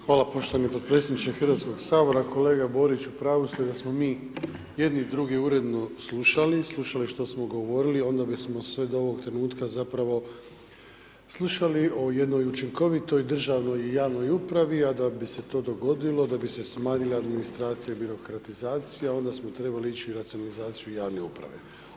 Hvala poštovani podpredsjedniče Hrvatskog sabora, kolega Borić u pravu ste da smo mi jedni i drugi uredno slušali, slušali što smo govorili onda bismo sve do ovog trenutka zapravo slušali o jednoj učinkovitoj državnoj i javnoj upravi, a da bi se to dogodilo da bi se smanjila administracija i birokratizacija onda smo trebali ići u racionalizaciju javne uprave.